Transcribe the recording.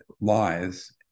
lies